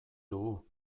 dugu